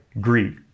Greed